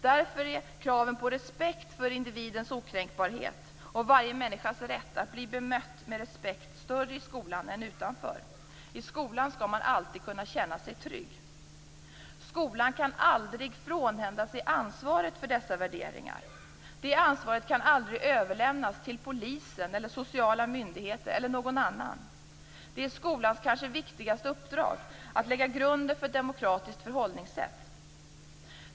Därför är kraven på respekt för individens okränkbarhet och varje människas rätt att bli bemött med respekt större i skolan än utanför. I skolan skall man alltid kunna känna sig trygg. Skolan kan aldrig frånhända sig ansvaret för dessa värderingar. Det ansvaret kan aldrig överlämnas till polisen, sociala myndigheter eller någon annan. Det är skolans kanske viktigaste uppdrag att lägga grunden för ett demokratiskt förhållningssätt.